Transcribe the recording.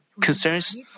concerns